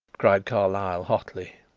cried carlyle hotly.